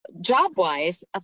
job-wise